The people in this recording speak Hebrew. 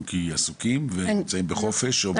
כי עסוקים או נמצאים בחופש או בגיבוש,